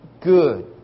good